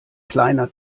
kleiner